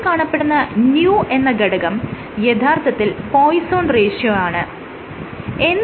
ഇതിൽ കാണപ്പെടുന്ന ν എന്ന ഘടകം യഥാർത്ഥത്തിൽ പോയ്സോൺ റേഷ്യോയാണ് Poisson's Ratio